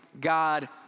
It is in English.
God